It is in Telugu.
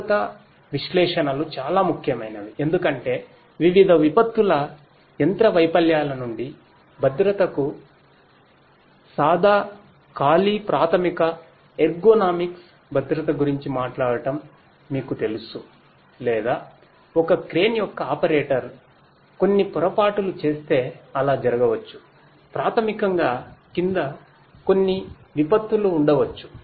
భద్రతా విశ్లేషణలు చాలా ముఖ్యమైనవి ఎందుకంటే వివిధ విపత్తుల యంత్ర వైఫల్యాల నుండి భద్రతకు సాదా కాలి ప్రాథమిక ఎర్గోనామిక్స్ భద్రత గురించి మాట్లాడటం మీకు తెలుసు లేదా ఒక క్రేన్ యొక్క ఆపరేటర్ కొన్ని పొరపాటులు చేస్తే అలా జరగవచ్చు ప్రాథమికంగా కింద కొన్ని విపత్తులు ఉండవచ్చు